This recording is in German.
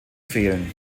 fehlen